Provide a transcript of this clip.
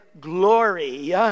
glory